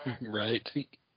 Right